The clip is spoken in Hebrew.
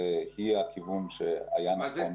והיא הכיוון שהיה נכון להתמקד בו.